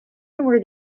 were